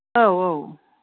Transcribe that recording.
औ औ